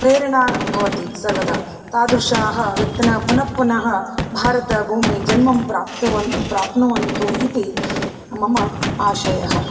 प्रेरणा भवति सर्वदा तादृशाः व्यक्तयः पुनपुनः भारतभूम्यां जन्मं प्राप्नुवन्तु प्राप्नुवन्तु इति मम आशयः